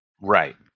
Right